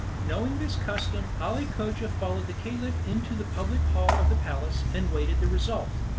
knowing this custom, ali cogia followed the caliph into the public hall of the palace, and waited the result.